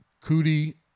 Cootie